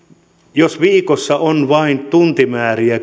jos viikossa on tuntimäärä vain kymmenen niin